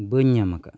ᱵᱟᱹᱧ ᱧᱟᱢ ᱟᱠᱟᱫᱼᱟ